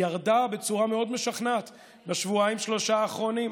ירדה בצורה מאוד משכנעת בשבועיים-שלושה האחרונים.